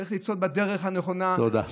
צריך לצעוד בדרך הנכונה, תודה.